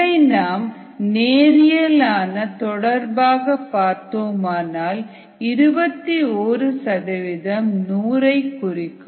இதை நாம் நேரியல் ஆன தொடர்பாக பார்த்தோமானால் 21 சதவிகிதம் 100 ஐ குறிக்கும்